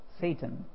Satan